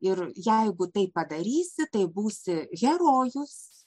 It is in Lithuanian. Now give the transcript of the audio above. ir jeigu taip padarysi tai būsi herojus